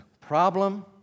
problem